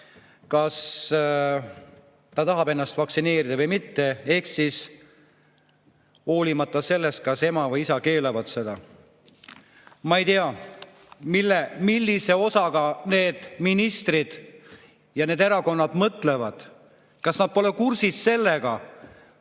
kas ta tahab lasta ennast vaktsineerida või mitte, hoolimata sellest, et ema või isa keelavad seda. Ma ei tea, millise osaga need ministrid ja need erakonnad mõtlevad. Kas nad pole kursis sellega,